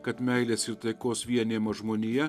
kad meilės ir taikos vienijama žmonija